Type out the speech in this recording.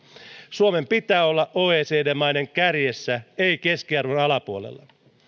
suomen pitää olla oecd maiden kärjessä ei keskiarvon alapuolella